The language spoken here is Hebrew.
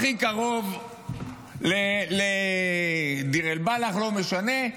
הכי קרוב לדיר אל-באלח, לא משנה,